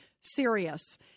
serious